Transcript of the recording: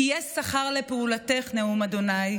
כי יש שכר לפעֻלתך נְאֻם ה',